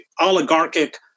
oligarchic